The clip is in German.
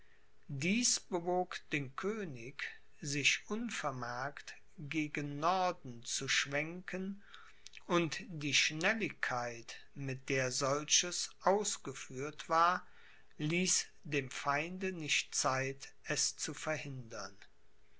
dies bewog den könig sich unvermerkt gegen norden zu schwenken und die schnelligkeit mit der solches ausgeführt war ließ dem feinde nicht zeit es zu verhindern